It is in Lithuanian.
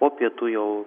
po pietų jau